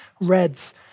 reds